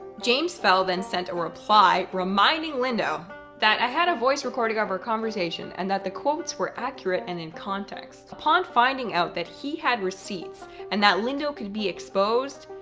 james fell then sent a reply reminding lindo that i had a voice recording of our conversation and that the quotes were accurate and in context. upon finding out that he had receipts and that lindo could be exposed,